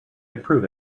improve